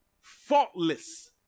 Faultless